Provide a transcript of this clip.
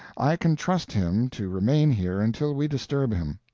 i can trust him to remain here until we disturb him.